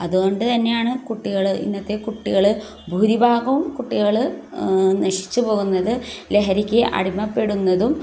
അതുകൊണ്ടുതന്നെയാണ് കുട്ടികൾ ഇന്നത്തെ കുട്ടികൾ ഭൂരിഭാഗവും കുട്ടികൾ നശിച്ചുപോകുന്നത് ലഹരിക്ക് അടിമപ്പെടുന്നതും